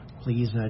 please